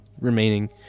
remaining